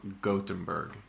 Gothenburg